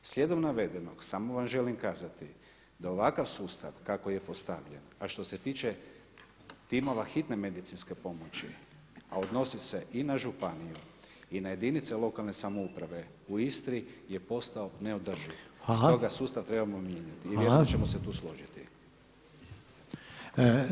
Slijedom navedenog, samo vam želim kazati, da ovakav sustav, kako je postavljen, a što se tiče timova hitne medicinske pomoći, a odnosi se i na županiju i na jedinice lokalne samouprave, u Istri je postao neodrživ, stoga sustav trebamo mijenjati, i onda ćemo se tu složiti.